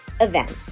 events